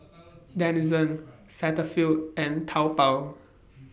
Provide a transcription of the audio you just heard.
Denizen Cetaphil and Taobao